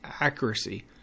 accuracy